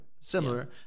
similar